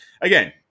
again